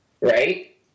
right